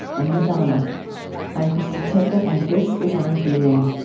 and madonna i'm krista tippett, and this is on being